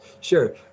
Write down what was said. Sure